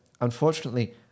unfortunately